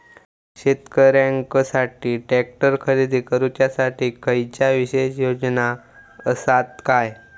शेतकऱ्यांकसाठी ट्रॅक्टर खरेदी करुच्या साठी खयच्या विशेष योजना असात काय?